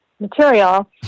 material